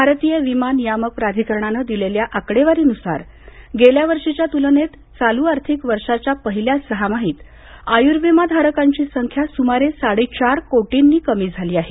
भारतीय विमा नियामक प्राधिकरणानं दिलेल्या आकडेवारीनुसार गेल्या वर्षीच्या तुलनेत चालू आर्थिक वर्षाच्या पहिल्या सहामाहीत आयुर्विमा धारकांची संख्या सुमारे साडेचार कोटींनी कमी झाली आहे